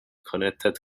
connected